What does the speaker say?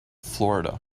florida